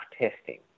testing